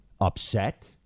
upset